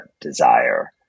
desire